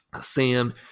sam